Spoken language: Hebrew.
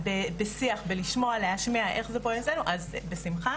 בשיח, לשמוע בלהשמיע איך זה פועל אצלנו, אז בשמחה.